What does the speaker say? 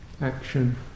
action